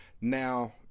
Now